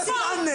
תצא מפה.